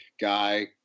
guy